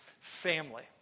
family